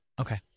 Okay